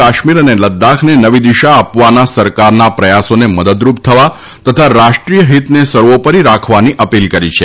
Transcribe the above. કાશ્મીર અને લદ્દાખને નવી દિશા આપવાના સરકારના પ્રથાસોને મદદરૂપ થવા તથા રાષ્ટ્રીય હિતને સર્વોપરી રાખવાની અપીલ કરી છે